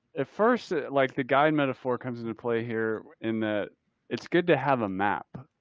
at first, like the guide metaphor comes into play here in that it's good to have a map.